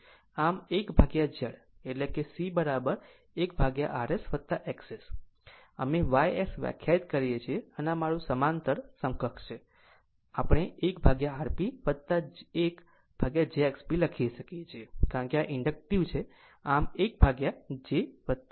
આમ 1Z એટલે C1rs XS માટે આ અમે Y S વ્યાખ્યાયિત કરીએ છીએ અને આ મારું સમાંતર સમકક્ષ છે આપણે 1Rp 1jXP લખી શકીએ છીએ કારણ કે આ ઇન્ડકટીવ છે આમ 1 jXP